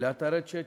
לאתרי צ'טים,